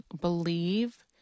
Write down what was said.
believe